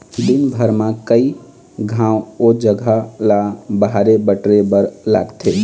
दिनभर म कइ घांव ओ जघा ल बाहरे बटरे बर लागथे